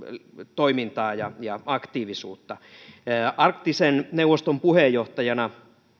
toimintaa ja ja aktiivisuutta arktisen neuvoston puheenjohtajana